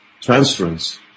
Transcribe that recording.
transference